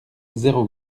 zéro